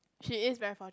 she is very